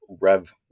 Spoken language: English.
Rev